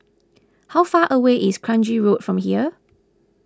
how far away is Kranji Road from here